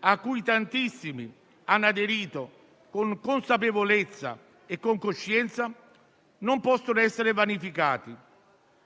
a cui tantissimi hanno aderito, con consapevolezza e coscienza, non possono essere vanificati